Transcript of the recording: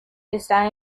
están